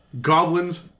goblins